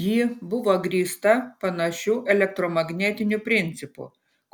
ji buvo grįsta panašiu elektromagnetiniu principu